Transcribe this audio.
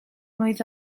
mlwydd